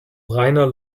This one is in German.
reiner